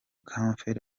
campbell